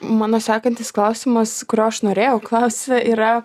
mano sekantis klausimas kurio aš norėjau klausti yra